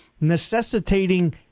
necessitating